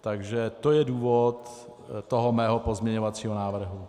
Takže to je důvod mého pozměňovacího návrhu.